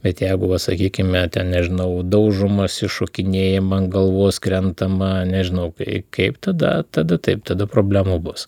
bet jeigu va sakykime ten nežinau daužomasi šokinėjama ant galvos krentama nežinau kaip tada tada taip tada problemų bus